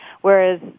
whereas